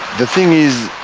the thing is,